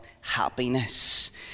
happiness